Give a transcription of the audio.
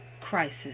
Crisis